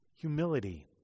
humility